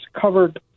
covered